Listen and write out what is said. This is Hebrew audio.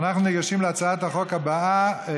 ואנחנו ניגשים להצעת החוק הבאה,